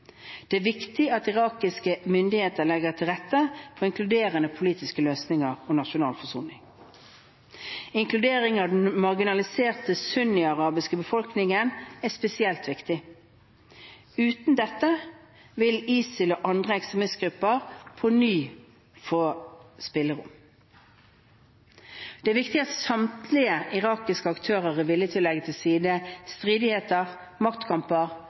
Det er viktig at irakiske myndigheter legger til rette for inkluderende politiske løsninger og nasjonal forsoning. Inkludering av den marginaliserte sunniarabiske befolkningen er spesielt viktig. Uten dette vil ISIL og andre ekstremistgrupper på ny få spillerom. Det er viktig at samtlige irakiske aktører er villige til å legge til side stridigheter, maktkamper